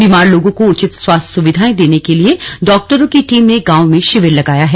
बीमार लोगों को उचित स्वास्थ्य सुविधाए देने के लिए डॉक्टरों की टीम ने गांव में शिविर लगाया है